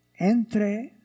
Entre